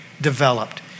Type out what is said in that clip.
developed